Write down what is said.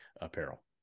apparel